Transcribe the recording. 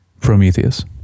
Prometheus